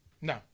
No